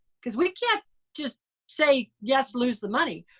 because we can't just say yes, lose the money.